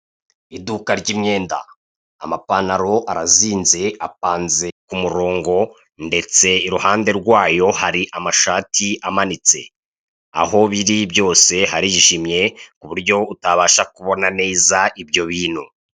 Iduka ry'imyenda, amapantalo arazinze apanze ku murongo ndetse iruhande rwayo hari amashati amanitse, aho biri byose harijimye ku buryo utabasha kubona neza ibyo bintu.